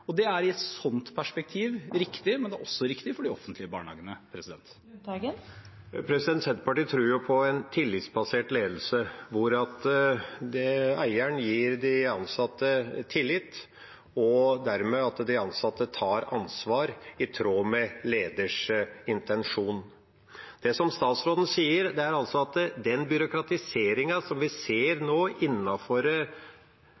Det er i et sånt perspektiv riktig, men det er også riktig for de offentlige barnehagene. Senterpartiet tror på en tillitsbasert ledelse hvor eieren gir de ansatte tillit, og at de ansatte dermed tar ansvar, i tråd med leders intensjon. Det statsråden sier, er altså at den byråkratiseringen vi ser